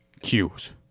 cues